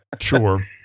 Sure